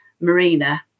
Marina